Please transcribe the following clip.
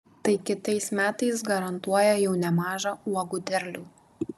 tai kitais metais garantuoja jau nemažą uogų derlių